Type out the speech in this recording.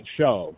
show